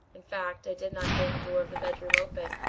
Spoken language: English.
in fact, i did not hear the door of the bedroom open.